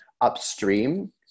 upstream